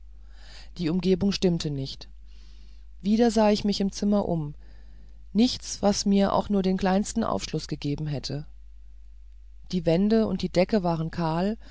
die umgebung stimmte nicht wieder sah ich mich im zimmer um nichts was mir auch nur den kleinsten aufschluß gegeben hätte die wände und die decke waren kahl